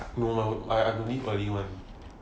no I I could leave early [one]